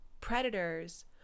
predators